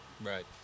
Right